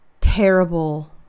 terrible